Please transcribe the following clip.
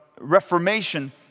Reformation